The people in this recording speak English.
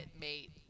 mate